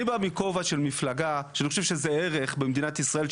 אני בא מכובע של מפלגה שאני חושב שזה ערך במדינת ישראל,